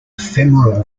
ephemeral